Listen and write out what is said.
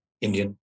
Indian